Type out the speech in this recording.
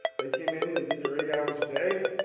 they came in, they did their eight hours a day,